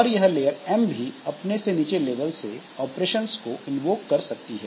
और यह layer M भी अपने से नीचे लेबल से ऑपरेशंस को इन्वोक कर सकती है